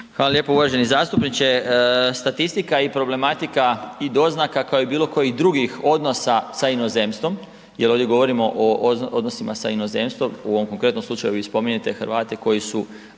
Hvala lijepo uvaženi zastupniče, statistika i problematika i doznaka kao i bilo kojih drugih odnosa sa inozemstvom jer ovdje govorimo o odnosima sa inozemstvom, u ovom konkretnom slučaju vi spominjete Hrvate koji su